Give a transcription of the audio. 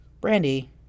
Brandy